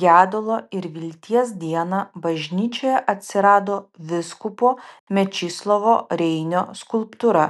gedulo ir vilties dieną bažnyčioje atsirado vyskupo mečislovo reinio skulptūra